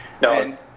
No